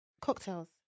Cocktails